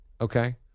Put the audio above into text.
Okay